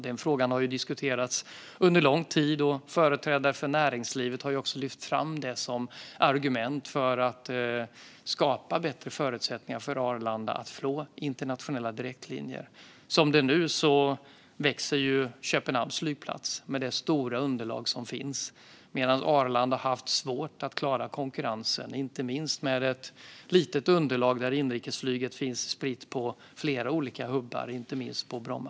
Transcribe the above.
Den frågan har diskuterats under lång tid, och företrädare för näringslivet har också lyft fram det som argument för att skapa bättre förutsättningar för Arlanda att få internationella direktlinjer. Som det är nu växer ju Köpenhamns flygplats, med det stora underlag som finns där, medan Arlanda har haft svårt att klara konkurrensen - inte minst på grund av ett litet underlag där inrikesflyget är utspritt på flera olika hubbar, bland annat Bromma.